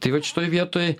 tai vat šitoj vietoj